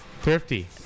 thrifty